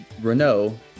Renault